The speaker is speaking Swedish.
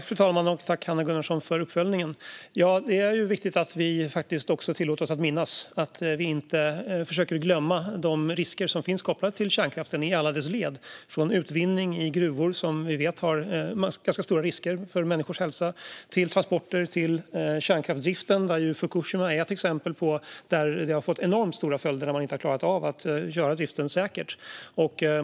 Fru talman! Tack, Hanna Gunnarsson, för uppföljningen! Ja, det är viktigt att vi också tillåter oss att minnas. Vi får inte glömma de risker som finns kopplat till kärnkraften i alla dess led - från utvinning i gruvor, som vi vet medför ganska stora risker för människors hälsa, till transporter och till själva kärnkraftsdriften. Fukushima är ju ett exempel där det har fått enormt stora följder att man inte har klarat av att sköta driften på ett säkert sätt.